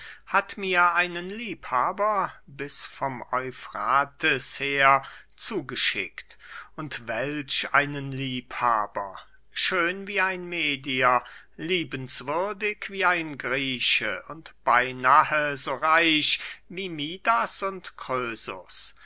hat mir einen liebhaber bis vom eufrates her zugeschickt und welch einen liebhaber schön wie ein medier liebenswürdig wie ein grieche und beynahe so reich wie midas und